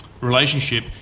Relationship